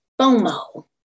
FOMO